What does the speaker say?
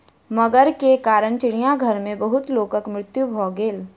मगर के कारण चिड़ियाघर में बहुत लोकक मृत्यु भ गेल